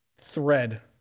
thread